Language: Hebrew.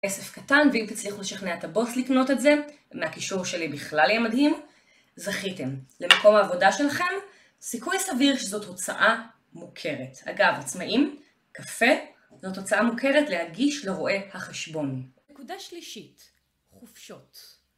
כסף קטן ואם תצליחו לשכנע את הבוס לקנות את זה, מהקישור שלי בכלל יהיה מדהים, זכיתם. למקום העבודה שלכם, סיכוי סביר שזאת הוצאה מוכרת. אגב, עצמאים, קפה, זאת הוצאה מוכרת להגיש לרואה החשבון. נקודה שלישית, חופשות.